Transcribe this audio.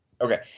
okay